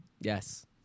Yes